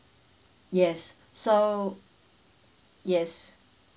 yes so yes